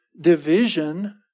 division